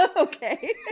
Okay